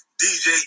dj